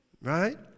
Right